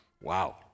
Wow